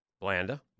Blanda